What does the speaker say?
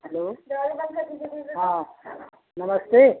hello हाँ नमस्ते